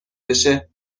بشه